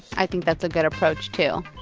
i think that's a good approach, too.